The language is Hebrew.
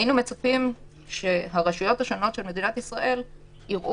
היינו מצפים שהרשויות השונות של מדינת ישראל יראו